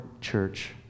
church